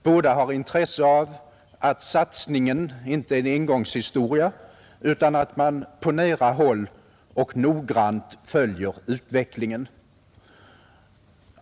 Båda har intresse av att satsningen inte är en engångshistoria utan att man på nära håll och noggrant följer utvecklingen.